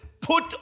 put